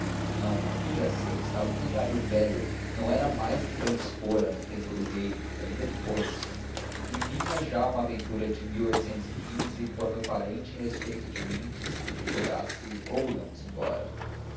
não não podia ser estava um cangalho velho não era mais quem dantes fora no tempo do rei e ainda depois e vinha já uma aventura de quando o parente em respeito a mim disse-lhe que jogasse ou íamos embora